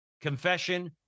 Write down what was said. confession